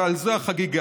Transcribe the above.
ועל זה החגיגה.